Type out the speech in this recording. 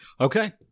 Okay